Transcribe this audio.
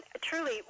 truly